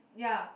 ya